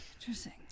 interesting